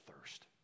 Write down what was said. thirst